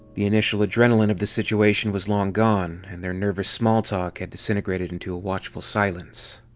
the initial adrenaline of the situation was long gone, and their nervous small talk had disintegrated into a watchful silence.